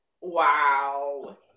Wow